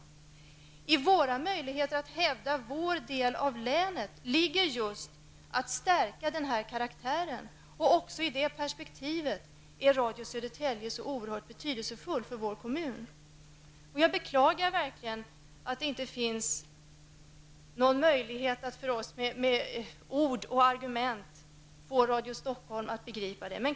Beträffande våra möjligheter att hävda vår del av länet vill jag säga att det gäller att stärka denna speciella karaktär. Även i det perspektivet är Radio Södertälje så oerhört betydelsefull för kommunen. Jag beklagar verkligen att det inte finns någon möjlighet att med ord och argument få Radio Stockholm att begripa detta.